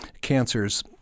cancers